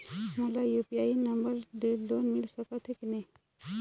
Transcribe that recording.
मोला UPI number ले loan मिल सकथे कि नहीं?